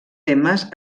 temes